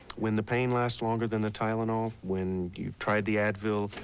when the pailasts longer than the tylenol, when youe tried the advil.